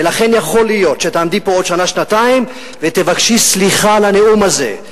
ולכן יכול להיות שתעמדי פה בעוד שנה-שנתיים ותבקשי סליחה על הנאום הזה.